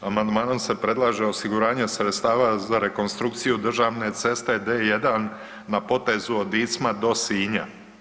Amandmanom se predlaže osiguranje sredstava za rekonstrukciju državne ceste D1 na potezu od Dicma do Sinja.